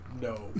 No